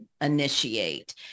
initiate